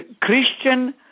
Christian